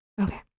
Okay